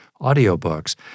audiobooks